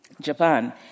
Japan